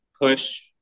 push